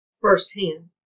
firsthand